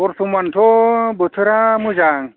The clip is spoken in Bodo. बर्थ'मानथ' बोथोरा मोजां